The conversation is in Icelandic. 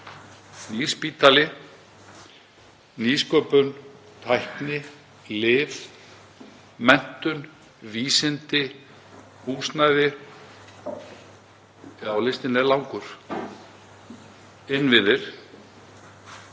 spítali, nýsköpun, tækni, lyf, menntun, vísindi, húsnæði — já, listinn er langur — innviðir,